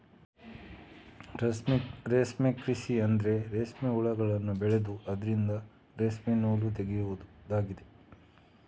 ರೇಷ್ಮೆ ಕೃಷಿ ಅಂದ್ರೆ ರೇಷ್ಮೆ ಹುಳಗಳನ್ನ ಬೆಳೆದು ಅದ್ರಿಂದ ರೇಷ್ಮೆ ನೂಲು ತೆಗೆಯುದಾಗಿದೆ